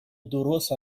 درست